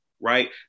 right